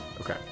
Okay